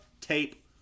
tape